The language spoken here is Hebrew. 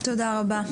תודה רבה.